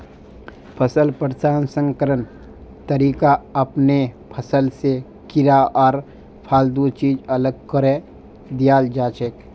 फसल प्रसंस्करण तरीका अपनैं फसल स कीड़ा आर फालतू चीज अलग करें दियाल जाछेक